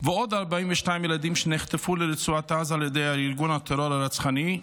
ועוד 42 ילדים שנחטפו לרצועת עזה על ידי ארגון הטרור הרצחני,